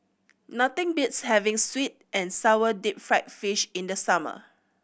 nothing beats having sweet and sour deep fried fish in the summer